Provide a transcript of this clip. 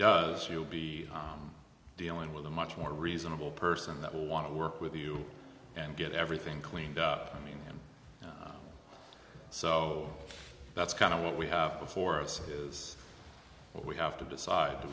does you'll be dealing with a much more reasonable person that will want to work with you and get everything cleaned up i mean and so that's kind of what we have before us is what we have to decide to